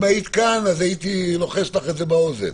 אם היית כאן הייתי לוחש את זה באוזן.